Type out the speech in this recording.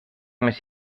més